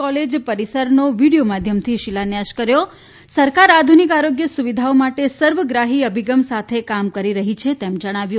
college પરિસરનો video માધ્યમથી શિલાન્યાસ કર્યો સરકાર આધુનિક આરોગ્ય સુવિધાઓ માટે સર્વગ્રાહી અભિગમ સાથે કામ કરી રહી છે તેમ જણાવ્યું